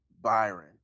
Byron